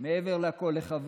מעבר לכול,